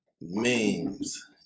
Memes